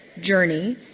journey